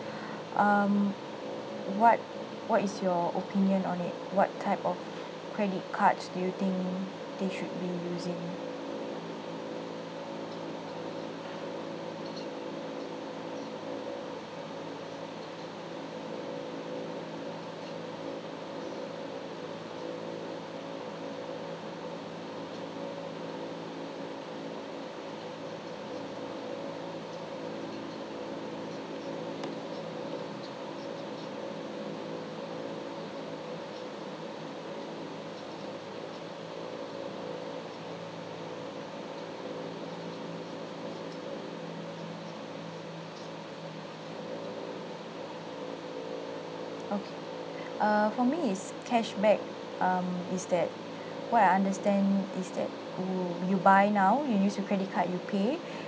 um what what is your opinion on it what type of credit cards do you think they should be using okay err for me is cashback um is that what I understand is that when you buy now you use your credit card you pay